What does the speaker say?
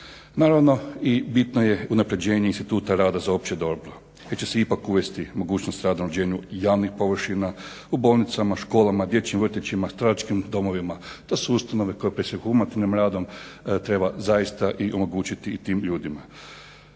Naravno i bitno je unaprjeđenje instituta rada za opće dobro jer je će ipak uvesti mogućnost rada na uređenju javnih površina, u bolnicama, školama, dječjim vrtićima, staračkim domovima. To su ustanove, koje …/Govornik se ne razumije radi